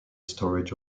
storage